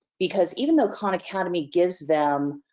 because even though khan academy gives them